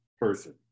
person